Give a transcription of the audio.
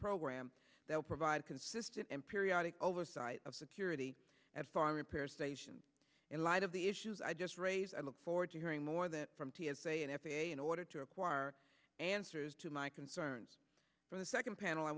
program that will provide consistent and periodic oversight of security at foreign repair stations in light of the issues i just raised i look forward to hearing more that from t s a and f a a in order to acquire answers to my concerns for the second panel i